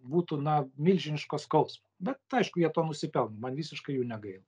būtų na milžiniško skaus bet aišku jie to nusipelno man visiškai jų negaila